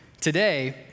today